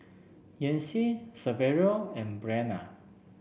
Yancy Saverio and Breana